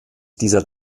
dieser